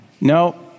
No